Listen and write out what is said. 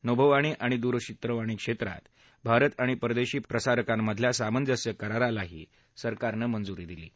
नभोवाणी आणि दूरचित्रवाणी क्षेत्रात भारत आणि परदेशी प्रसारकांमधल्या सामंजस्य करारालाही सरकारनं मंजुरी दिली आहे